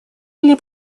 были